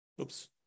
Oops